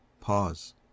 Pause